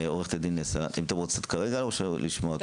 ירדן נבו, משנה למנכ"ל סורוקה.